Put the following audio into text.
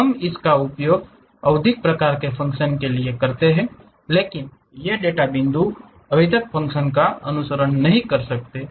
हम इसका उपयोग आवधिक प्रकार के फंकशन के लिए करते हैं लेकिन ये डेटा बिंदु आवधिक फंकशन का अनुसरण नहीं कर सकते हैं